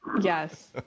Yes